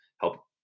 help